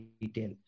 detail